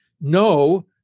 no